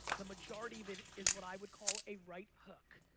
the majority of it is what i would call a right hook.